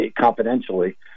confidentially